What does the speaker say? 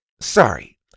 Sorry